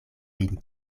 vin